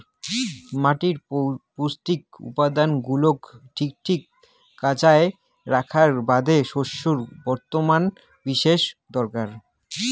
মাটির পৌষ্টিক উপাদান গুলাক ঠিকঠাক বজায় রাখার বাদে শস্যর আবর্তন বিশেষ দরকার